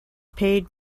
paid